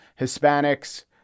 Hispanics